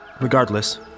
regardless